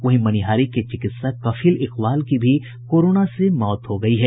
वहीं मनिहारी के चिकित्सक कफील इकबाल की भी कोरोना से मौत हो गयी है